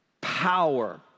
Power